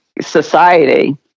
society